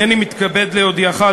הנני מתכבד להודיעך,